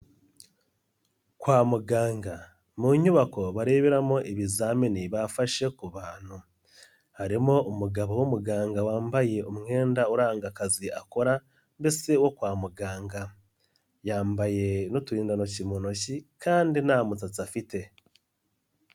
Kwa muganga mu nyubako bareberamo ibizamini bafashe ku bantu, harimo umugabo w'umuganga wambaye umwenda uranga akazi akora, mbese wo kwa muganga yambaye n'uturindantoki mu ntoki kandi nta musatsi afite.